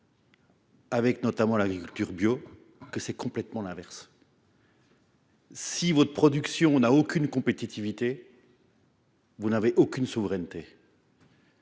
bio fournit la preuve que c’est complètement l’inverse. Si votre production n’a aucune compétitivité, vous n’avez aucune souveraineté.